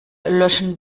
löschen